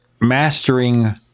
mastering